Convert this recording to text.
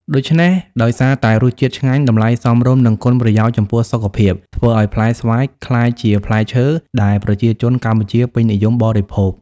ដូច្នេះ ដោយសារតែរសជាតិឆ្ងាញ់ តម្លៃសមរម្យ និងគុណប្រយោជន៍ចំពោះសុខភាព ធ្វើឱ្យផ្លែស្វាយក្លាយជាផ្លែឈើដែលប្រជាជនកម្ពុជាពេញនិយមបរិភោគ។